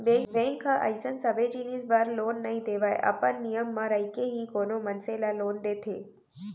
bank ह अइसन सबे जिनिस बर लोन नइ देवय अपन नियम म रहिके ही कोनो मनसे ल लोन देथे